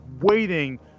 waiting